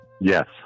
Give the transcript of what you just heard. yes